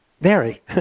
Mary